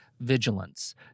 Vigilance